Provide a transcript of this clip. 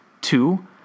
Two